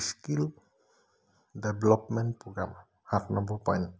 skill development programme সাত number point